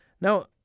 Now